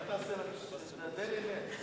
במכובדי אכבד.